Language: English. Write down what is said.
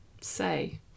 say